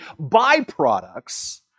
byproducts